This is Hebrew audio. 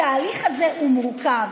התהליך הזה מורכב,